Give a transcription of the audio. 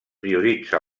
prioritza